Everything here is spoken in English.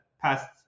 passed